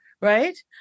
right